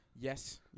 yes